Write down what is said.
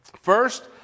first